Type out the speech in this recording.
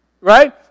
Right